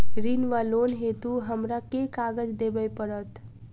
ऋण वा लोन हेतु हमरा केँ कागज देबै पड़त?